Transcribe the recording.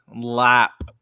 Lap